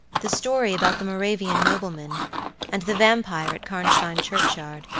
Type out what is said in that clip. the story about the moravian nobleman and the vampire at karnstein churchyard,